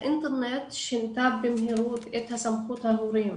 האינטרנט שינה במהירות את הסמכות של ההורים,